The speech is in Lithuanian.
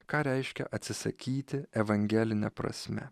ką reiškia atsisakyti evangeline prasme